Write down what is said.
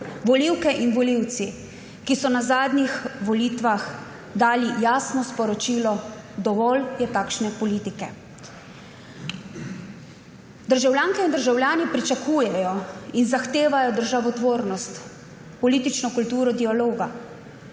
volivke in volivci, ki so na zadnjih volitvah dali jasno sporočilo – dovolj je takšne politike. Državljanke in državljani pričakujejo in zahtevajo državotvornost, politično kulturo dialoga,